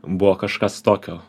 buvo kažkas tokio